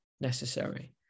necessary